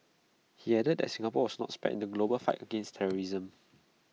he added that Singapore was not spared in the global fight against terrorism